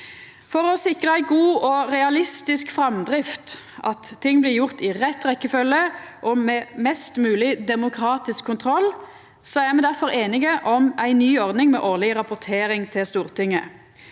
For å sikra ei god og realistisk framdrift, at ting blir gjorde i rett rekkjefølgje og med mest mogleg demokratisk kontroll, er me difor einige om ei ny ordning med årleg rapportering til Stortinget.